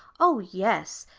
oh yes,